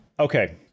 Okay